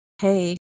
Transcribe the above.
Hey